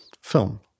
film